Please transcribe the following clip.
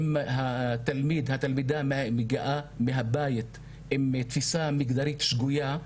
אם התלמיד או התלמידה מגיעה מהבית עם תפיסה מגדרית שגויה,